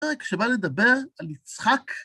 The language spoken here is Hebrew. רק כשבא לדבר על יצחק...